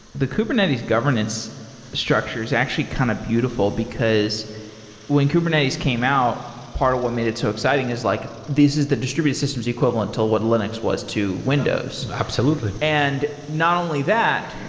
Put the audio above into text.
the kubernetes governance structure is actually kind of beautiful, because when kubernetes came out, part of what made it so exciting is like this is the distributed systems equivalent to what linux was to windows absolutely and not only that.